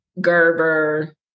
Gerber